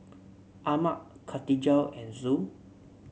Ahmad Katijah and Zul